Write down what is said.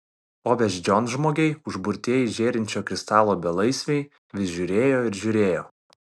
o beždžionžmogiai užburtieji žėrinčio kristalo belaisviai vis žiūrėjo ir žiūrėjo